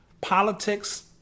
Politics